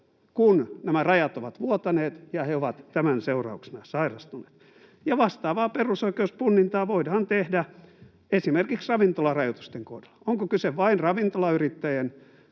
kun nämä rajat ovat vuotaneet ja he ovat tämän seurauksena sairastuneet? Vastaavaa perusoikeuspunnintaa voidaan tehdä esimerkiksi ravintolarajoitusten kohdalla. Onko kyse vain ravintolayrittäjien